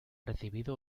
recibido